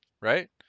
right